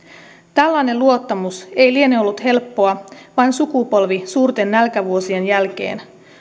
tällainen luottamus ei liene ollut helppoa vain sukupolvi suurten nälkävuosien jälkeen